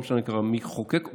לא משנה כרגע מי חוקק,